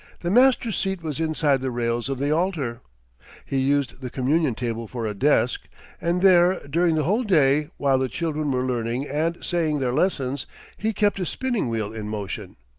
the master's seat was inside the rails of the altar he used the communion table for a desk and there, during the whole day, while the children were learning and saying their lessons, he kept his spinning-wheel in motion.